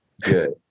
Good